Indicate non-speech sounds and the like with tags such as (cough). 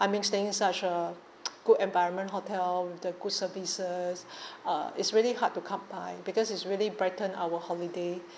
I mean staying in such a (noise) good environment hotel with the good services (breath) uh it's really hard to come by because it's really brighten our holiday